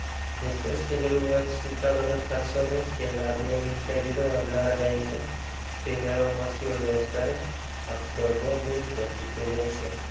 despues que le hubo espljcado las razones que la habian impedido hablar de ella primero á mr losberne aprobó mucho su prudencia